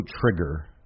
trigger